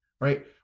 right